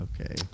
Okay